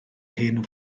hen